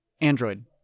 Android